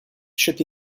should